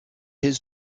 his